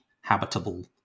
habitable